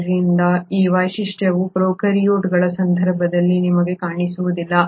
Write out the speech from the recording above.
ಆದ್ದರಿಂದ ಈ ವೈಶಿಷ್ಟ್ಯವು ಪ್ರೊಕಾರ್ಯೋಟ್ಗಳ ಸಂದರ್ಭದಲ್ಲಿ ನಿಮಗೆ ಕಾಣಿಸುವುದಿಲ್ಲ